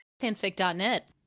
Fanfic.net